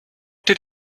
did